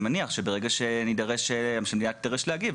אני מניח שברגע שהמדינה תידרש להגיב,